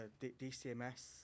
DCMS